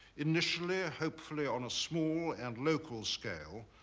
initially, hopefully on a small and local scale,